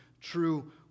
true